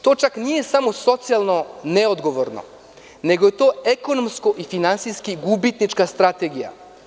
To čak nije samo socijalno neodgovorno, nego je to ekonomsko i finansijski gubitnička strategija.